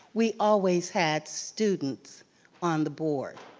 we always had students on the board.